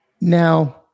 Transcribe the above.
Now